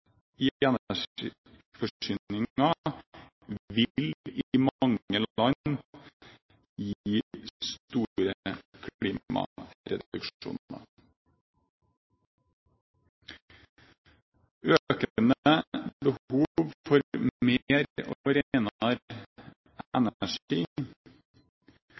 energiforsyningen vil i mange land gi store klimagassreduksjoner. Økende behov for mer og renere energi, for